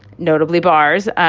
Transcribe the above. notably bars,